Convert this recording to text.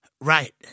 Right